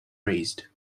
raised